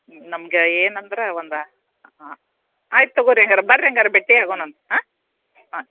ನಮ್ಗೆ ಏನಂದ್ರೆ ಒಂದು ಆಯ್ತು ತೊಗೋರಿ ಹಂಗಾರೆ ಬರ್ರಿ ಹಂಗಾರೆ ಭೇಟಿ ಆಗೋಣಂತೆ ಹಾಂ ಹಾಂ